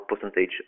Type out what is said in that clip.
percentage